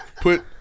put